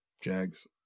Jags